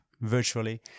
virtually